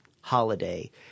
holiday